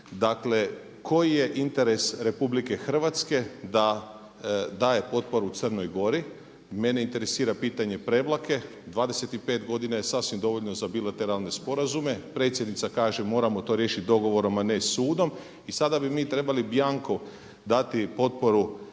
Dakle, koji je interes RH da daje potporu Crnoj Gori? Mene interesira pitanje Prevlake, 25 godina je sasvim dovoljno za bilateralne sporazume. Predsjednica kaže moramo to riješiti dogovorom a ne sudom. I sada bi mi trebali bianco dati potporu